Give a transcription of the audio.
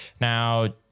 Now